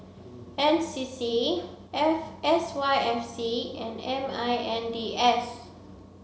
N C C F S Y F C and M I N D S